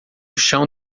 chão